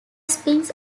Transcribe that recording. spins